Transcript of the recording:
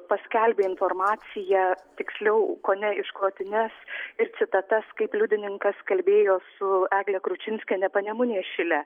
paskelbė informaciją tiksliau kone išklotines ir citatas kaip liudininkas kalbėjo su egle kručinskiene panemunės šile